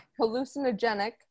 Hallucinogenic